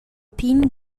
pign